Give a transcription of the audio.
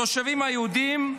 התושבים היהודים,